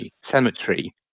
Cemetery